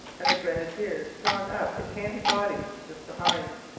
and the grenadiers drawn up in handy bodies just behind,